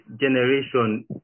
generation